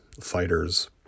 fighters